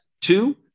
Two